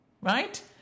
Right